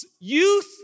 youth